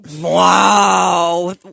Wow